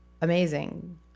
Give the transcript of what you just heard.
amazing